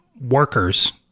workers